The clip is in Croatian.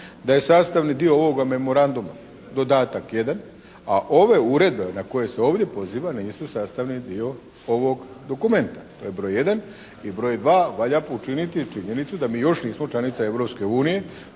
da je sastavni dio ovoga memoranduma dodatak jedan, a ove uredbe na koje se ovdje poziva nisu sastavni dio ovog dokumenta. To je broj jedan. I broj dva. Valja učiniti činjenicu da mi još nismo članica